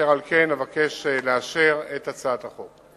אשר על כן אבקש לאשר את הצעת החוק.